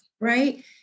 right